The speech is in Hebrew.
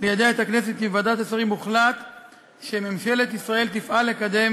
ליידע את הכנסת כי בוועדת השרים הוחלט שממשלת ישראל תפעל,